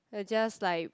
it just like